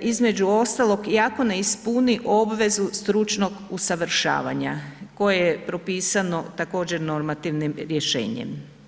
između ostalog i ako ne ispuni obvezu stručnog usavršavanja koje je propisano također normativnim rješenjem.